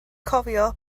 cofio